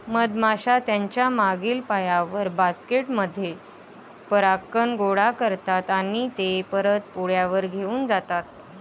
मधमाश्या त्यांच्या मागील पायांवर, बास्केट मध्ये परागकण गोळा करतात आणि ते परत पोळ्यावर घेऊन जातात